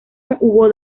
hubo